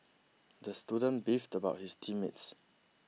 the student beefed about his team mates